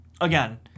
again